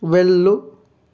వెళ్ళు